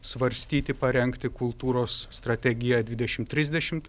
svarstyti parengti kultūros strategiją dvidešimt trisdešimt